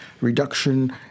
reduction